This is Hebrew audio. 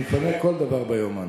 אני אפנה כל דבר ביומן.